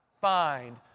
find